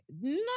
No